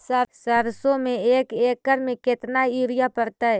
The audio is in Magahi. सरसों में एक एकड़ मे केतना युरिया पड़तै?